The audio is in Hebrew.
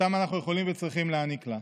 שאותם אנחנו יכולים וצריכים להעניק לה.